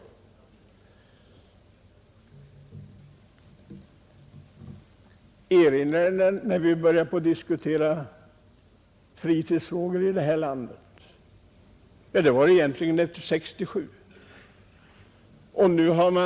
Jag vill erinra om när vi började diskutera fritidsfrågor i det här landet. Det var egentligen efter 1967.